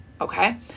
okay